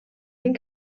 den